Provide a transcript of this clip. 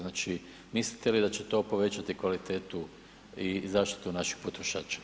Znači, mislite li da će to povećati kvalitetu i zaštitu naših potrošača?